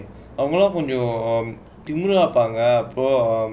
அவங்கெல்லாம் கொஞ்சம் திமிரை:avangellaam konjam thimirai irupaangga